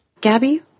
Gabby